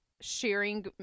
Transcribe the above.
sharing